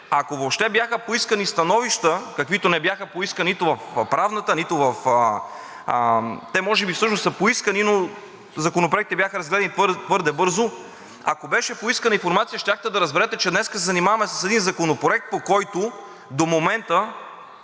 ако въобще бяха поискани становища, каквито не бяха поискани нито в Правната… Те може би всъщност са поискани, но законопроектите бяха разгледани твърде бързо. Ако беше поискана информация, щяхте да разберете, че днес се занимаваме с един законопроект, по който до момента